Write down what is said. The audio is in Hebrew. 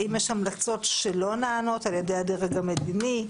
האם יש המלצות שלא נענות על ידי הדרג המדיני?